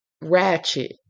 ratchet